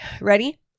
ready